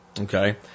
okay